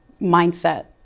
mindset